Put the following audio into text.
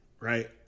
right